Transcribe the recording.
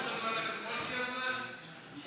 חברת הכנסת מיכל בירן, שלוש דקות, בבקשה.